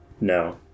No